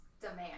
demand